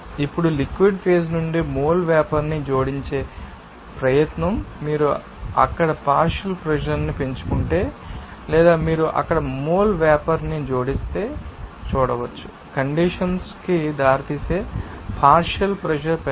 ఇప్పుడు liquid phase నుండి mole vapour ని జోడించే ప్రయత్నం మీరు అక్కడ పార్షియల్ ప్రెషర్ ని పెంచుకుంటే లేదా మీరు అక్కడ మోల్ వేపర్ ని జోడిస్తే చూడవచ్చు కండెన్సషన్ కి దారితీసే పార్షియల్ ప్రెషర్ పెరగదు